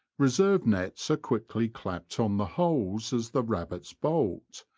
reserve nets are quickly clapped on the holes as the rabbits bolt,